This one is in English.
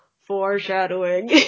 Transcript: foreshadowing